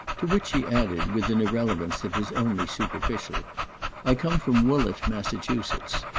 to which he added with an irrelevance that was only superficial i come from woollett massachusetts.